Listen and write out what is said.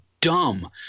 dumb